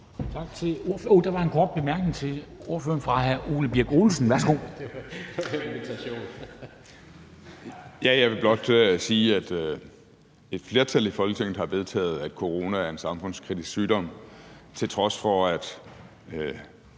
Der er en kort bemærkning til ordføreren fra hr. Ole Birk Olesen. Værsgo. Kl. 11:01 Ole Birk Olesen (LA): Jeg vil blot sige, at et flertal i Folketinget har vedtaget, at corona er en samfundskritisk sygdom, til trods for at